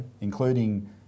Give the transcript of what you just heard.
including